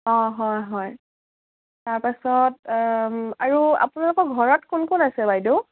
অঁ হয় হয় তাৰপাছত আৰু আপোনালোকৰ ঘৰত কোন কোন আছে বাইদেউ